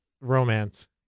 Romance